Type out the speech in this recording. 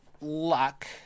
luck